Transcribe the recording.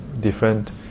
different